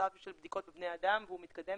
שלב של בדיקות בבני אדם והוא מתקדם